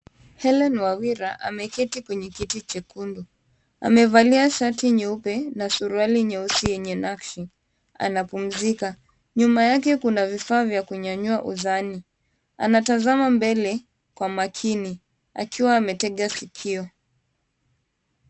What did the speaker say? Hellen Wawira ameketi kwenye kiti chekundu. Amevalia shati nyeupe na suruali nyeusi yenye nakshi anapumzika. Nyuma yake kuna vifaa vya kunyanyua uzani. Anatazama mbele kwa makini akiwa ametega sikio.